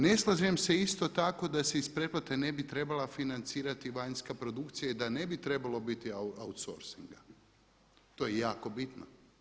Ne slažem se isto tako da se iz pretplate ne bi trebala financirati vanjska produkcija i da ne bi trebalo biti outsourcinga, to je jako bitno.